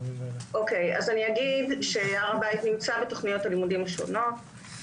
אז אני אגיד שהר הבית נמצא בתכניות הלימודים השונות.